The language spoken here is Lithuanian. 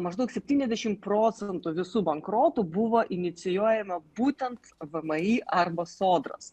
maždaug septyniasdešim procentų visų bankrotų buvo inicijuojama būtent vmi arba sodros